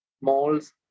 malls